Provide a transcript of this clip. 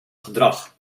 gedrag